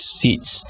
seats